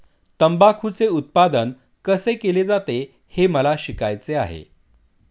तंबाखूचे उत्पादन कसे केले जाते हे मला शिकायचे आहे